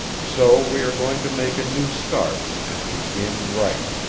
so we are going to make a new start and begin right.